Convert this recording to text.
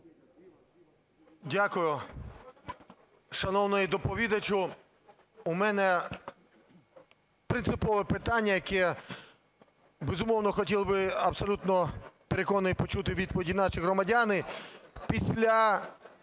Дякую. Шановний доповідачу, у мене принципове питання, яке безумовно хотіли б, абсолютно переконаний, почути відповіді наші громадяни. Після